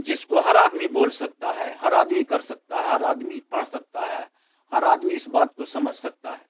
جس کو ہر آدمی بول سکتا ہے ہر آدمی کر سکتا ہے ہر آدمی پڑھ سکتا ہے ہر آدمی اس بات کو سمجھ سکتا ہے